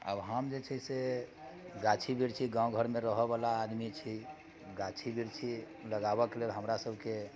आब हम जे छै से गाछी वृक्षी गाँव घरमे रहऽ बला आदमी छी गाछी वृक्षी लगाबऽके लेल हमरा सभकेँ